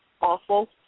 awful